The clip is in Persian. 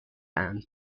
اند